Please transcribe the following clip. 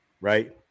Right